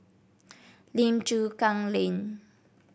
Lim Chu Kang Lane